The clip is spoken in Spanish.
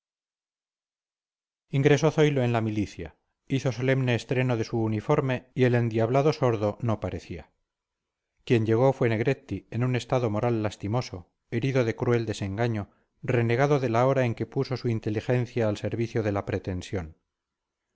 ingresó zoilo en la milicia hizo solemne estreno de su uniforme y el endiablado sordo no parecía quien llegó fue negretti en un estado moral lastimoso herido de cruel desengaño renegando de la hora en que puso su inteligencia al servicio de la pretensión